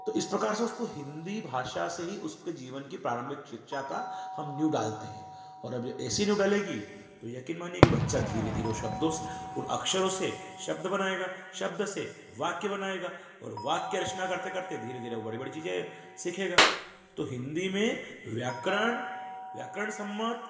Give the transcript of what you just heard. तो इस प्रकार से उसको हिंदी भाषा से ही उसके जीवन की प्रारंभिक शिक्षा का हम नींव डालते हैं और जब ये ऐसी नींव डलेगी तो यक़ीन मानिए कि बच्चा धीरे धीरे वो शब्दों से उन अक्षरों से शब्द बनाएगा शब्द से वाक्य बनाएगा और वाक्य रचना करते करते धीरे धीरे वो बड़ी बड़ी चीज़ें सीखेगा तो हिंदी में व्याकरण व्याकरण सम्मत